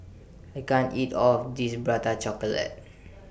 I can't eat All of This Prata Chocolate